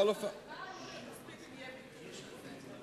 מהי העלות הכספית של ביטול של זה?